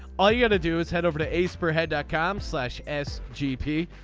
all you gotta do is head over to ace per head dot com slash as gp.